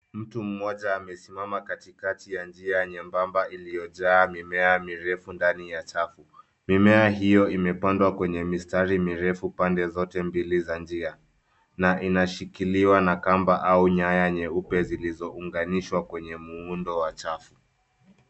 Mtu mmoja amesimama katikati ya njia nyembamba iliyojaa mimea mirefu ndani ya chafu. Mimea hio imepandwa kwenye mistari mirefu pande zote mbili za njia na inashikiliwa na kamba au nyaya nyeupe zilizounganishwa kwenye muundo wa chafu.